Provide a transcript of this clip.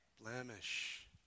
blemish